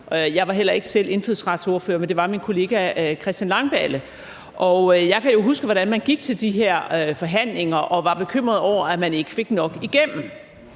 Jeg var heller ikke selv indfødsretsordfører, men det var min kollega Christian Langballe. Jeg kan huske, hvordan man gik til de her forhandlinger og var bekymret over, at man ikke fik nok igennem.